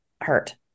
hurt